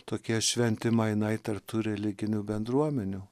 tokie šventi mainai tarp tų religinių bendruomenių